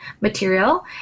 material